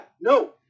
no